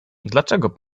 dlaczego